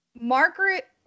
Margaret